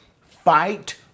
fight